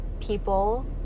people